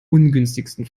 ungünstigsten